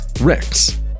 Rex